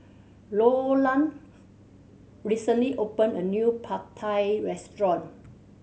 Loran recently opened a new Pad Thai Restaurant